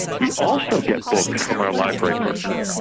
we also get books from our library partners.